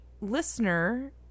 listener